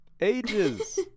Ages